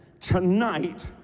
tonight